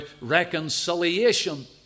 reconciliation